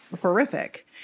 horrific